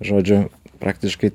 žodžiu praktiškai